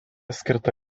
skirta